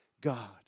God